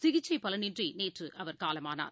சிகிச்சைபலனின்றிநேற்றுஅவர் காலமானார்